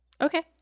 Okay